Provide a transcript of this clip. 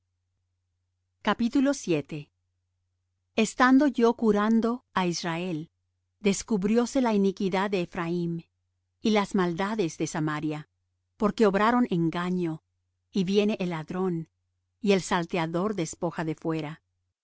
mi pueblo estando yo curando á israel descubrióse la iniquidad de ephraim y las maldades de samaria porque obraron engaño y viene el ladrón y el salteador despoja de fuera y